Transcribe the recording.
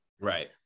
Right